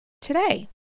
Today